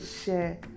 share